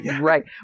right